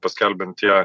paskelbiant ją